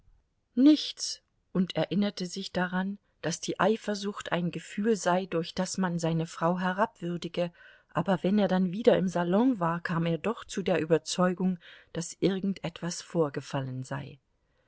nichts und erinnerte sich daran daß die eifersucht ein gefühl sei durch das man seine frau herabwürdige aber wenn er dann wieder im salon war kam er doch zu der überzeugung daß irgend etwas vorgefallen sei